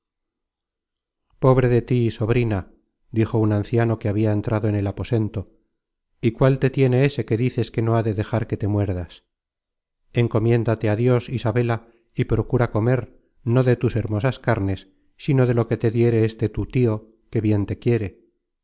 pobre de tí sobrina dijo un anciano que habia entrado en el aposento y cuál te tiene ése que dices que no ha de dejar que te muerdas encomiendate á dios isabela y procura comer no de tus hermosas carnes sino de lo que te diere este tu tio que bien te quiere